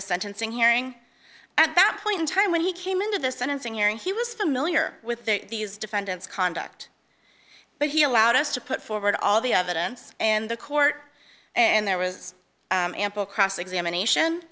sentencing hearing at that point in time when he came into the sentencing hearing he was familiar with these defendants conduct but he allowed us to put forward all the evidence and the court and there was ample cross examination